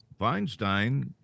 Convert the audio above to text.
Feinstein